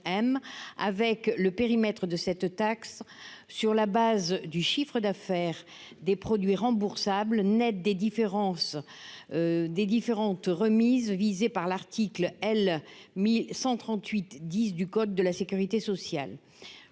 avec le périmètre de cette taxe sur la base du chiffre d'affaires des produits remboursables nets des différences des différentes remises visé par l'article L-1138 10 du code de la sécurité sociale,